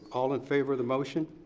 all in favor of the motion?